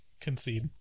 concede